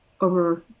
over